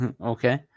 Okay